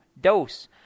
dose